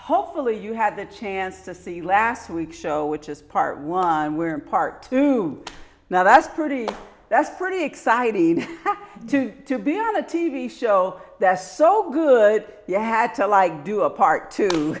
hopefully you had the chance to see last week's show which is part one where part two now that's pretty that's pretty exciting too to be on a t v show that's so good you had to like do a part t